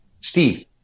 Steve